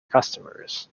customers